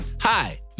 Hi